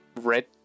red